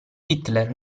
hitler